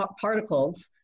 particles